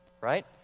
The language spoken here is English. right